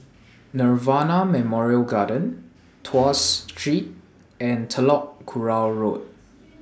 Nirvana Memorial Garden Tuas Street and Telok Kurau Road